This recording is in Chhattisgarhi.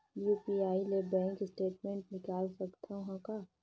यू.पी.आई ले बैंक स्टेटमेंट निकाल सकत हवं का?